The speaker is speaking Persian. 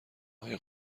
های